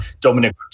Dominic